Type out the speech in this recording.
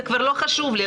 זה כבר לא חשוב לי,